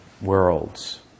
worlds